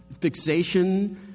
fixation